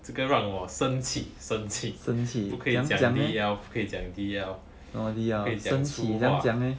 这个让我生气生气不可以讲 D_L 不可以讲 D_L 不可以讲粗话